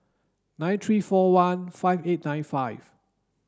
nine three four one five eight nine five